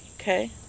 Okay